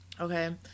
okay